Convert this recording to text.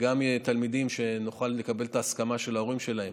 וגם תלמידים שנוכל לקבל את ההסכמה של ההורים שלהם,